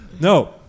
No